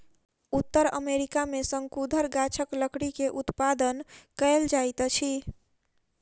उत्तर अमेरिका में शंकुधर गाछक लकड़ी के उत्पादन कायल जाइत अछि